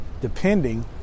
depending